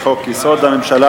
לחוק-יסוד: הממשלה,